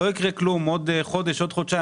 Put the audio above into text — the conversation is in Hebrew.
לא יקרה כלום אם נחכה עוד חודשים או חודשיים,